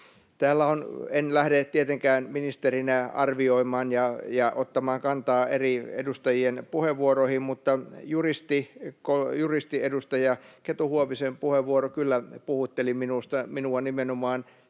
tila. En lähde tietenkään ministerinä arvioimaan ja ottamaan kantaa eri edustajien puheenvuoroihin, mutta juristiedustaja Keto-Huovisen puheenvuoro kyllä puhutteli minua nimenomaan